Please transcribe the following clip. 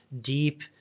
deep